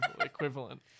equivalent